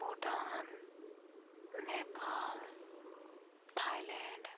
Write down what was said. Bhutan Nepal Thailand